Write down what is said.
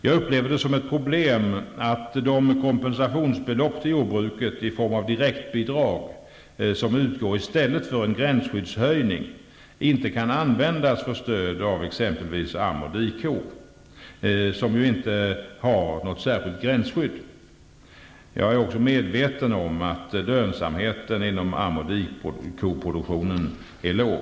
Jag upplever det som ett problem att de kompensationsbelopp till jordbruket i form av direktbidrag som utgår i stället för en gränsskyddshöjning inte kan användas för stöd till produktion av exempelvis am och dikor, som ju inte har något särskilt gränsskydd. Jag är även medveten om att lönsamheten inom am och dikoproduktionen är låg.